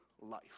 life